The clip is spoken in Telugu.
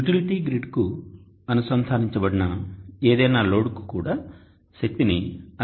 యుటిలిటీ గ్రిడ్కు అనుసంధానించబడిన ఏదైనా లోడ్కు కూడా శక్తిని అందించవచ్చు